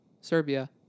Serbia